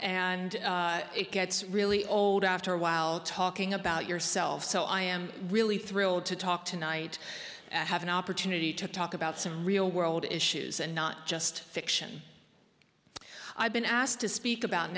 and it gets really old after a while talking about yourself so i am really thrilled to talk tonight to have an opportunity to talk about some real world issues and not just fiction i've been asked to speak about